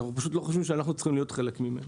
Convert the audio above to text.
אנחנו רק חושבים שאנחנו לא צריכים להיות חלק ממנו.